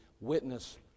witness